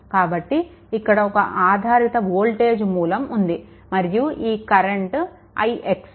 కాబట్టి ఇక్కడ ఒక్క ఆధారిత వోల్టేజ్ మూలం ఉంది మరియు ఈ కరెంట్ ix